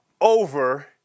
over